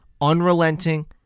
unrelenting